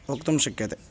वक्तुं शक्यते